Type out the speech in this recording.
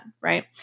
right